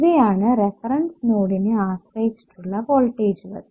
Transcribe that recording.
ഇവയാണ് റഫറൻസ് നോഡിനെ ആശ്രയിച്ചിട്ടുള്ള വോൾട്ടേജുകൾ